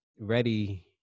ready